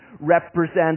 represent